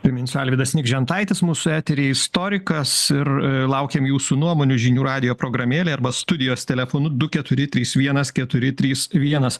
priminsiu alvydas nikžentaitis mūsų etery istorikas ir laukiam jūsų nuomonių žinių radijo programėlėj arba studijos telefonu du keturi trys vienas keturi trys vienas